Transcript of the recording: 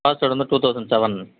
past out வந்து two thousand seven